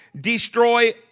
Destroy